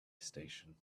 station